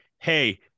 hey